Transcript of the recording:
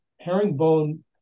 herringbone